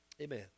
Amen